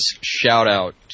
shout-out